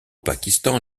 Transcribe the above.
pakistan